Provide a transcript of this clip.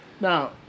Now